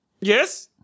yes